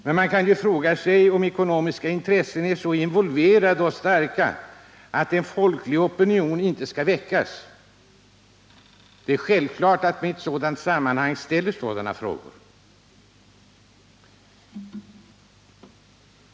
Men man kan fråga sig om ekonomiska intressen är så involverade och starka att en folklig opinion inte skall väckas. Det är självklart att man i ett sådant här sammanhang ställer dylika frågor.